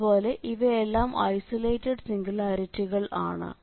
അതുപോലെ ഇവയെല്ലാം ഐസൊലേറ്റഡ് സിംഗുലാരിറ്റികൾ ആണ്